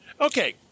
Okay